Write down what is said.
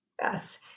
Yes